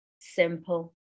simple